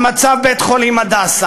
על מצב בית-חולים "הדסה".